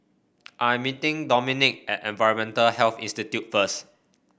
I am meeting Dominik at Environmental Health Institute first